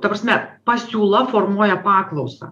ta prasme pasiūla formuoja paklausą